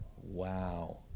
Wow